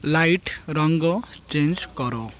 light ରଙ୍ଗ change କର